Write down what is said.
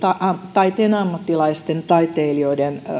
taiteen ammattilaisten taiteilijoiden